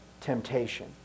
temptation